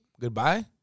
Goodbye